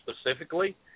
specifically